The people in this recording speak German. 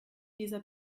dieser